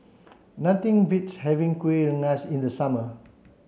nothing beats having Kuih Rengas in the summer